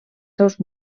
seus